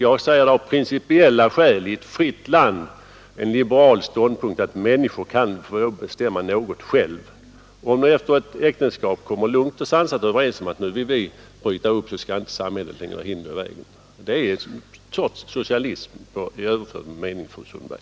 Jag säger att vi lever i ett fritt land och att det är en liberal ståndpunkt att människor skall få bestämma själva. Om makar efter ett längre eller kortare äktenskap lugnt och sansat kommer överens om att bryta upp, så skall inte samhället lägga hinder i vägen. Det är trots allt socialism i överförd mening, fru Sundberg.